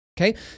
okay